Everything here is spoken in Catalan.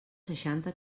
seixanta